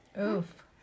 Oof